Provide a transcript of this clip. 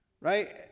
Right